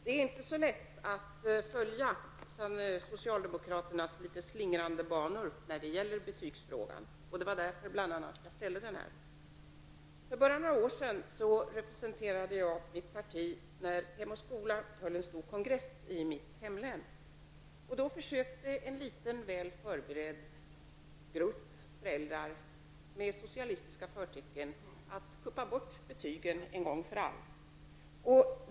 Det är inte så lätt att följa socialdemokraternas litet slingrande banor i betygsfrågan. Det var bl.a. därför jag ställde min fråga. För bara några år sedan representerade jag mitt parti när Riksförbundet Hem och skola höll en stor kongress i mitt hemlän. Då försökte en liten väl förberedd grupp föräldrar med socialistiska förtecken att med en kupp få bort betygen en gång för alla.